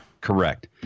Correct